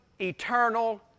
eternal